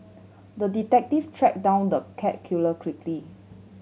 the detective tracked down the cat killer quickly